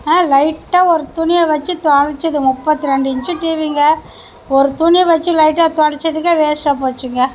லைட்டாக ஒரு துணியை வச்சு துடச்சது முப்பத்தி ரெண்டு இன்ச்சு டிவிங்க ஒரு துணியை வச்சு லைட்டாக துடச்சதுக்கே வேஸ்ட்டாக போச்சுங்க